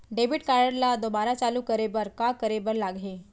Debit card ला दोबारा चालू करे बर का करे बर लागही?